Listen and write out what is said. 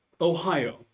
Ohio